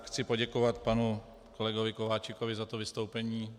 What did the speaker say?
Chci poděkovat panu kolegovi Kováčikovi za vystoupení.